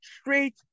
straight